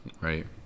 Right